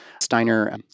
Steiner